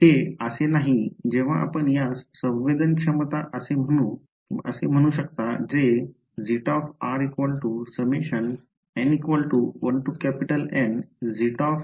हे असे नाही जेव्हा आपण यास संवेदनक्षमता असे म्हणू शकता जे असे देखील लिहिले जाईल